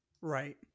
Right